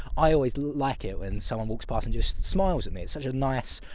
i always like it when someone walks past and just smiles at me. it's such a nice.